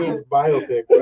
biopic